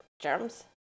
germs